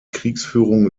kriegsführung